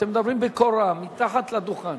אתם מדברים בקול רם, מתחת לדוכן.